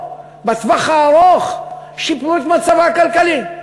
שלה בטווח הארוך שיפרו את מצבה הכלכלי.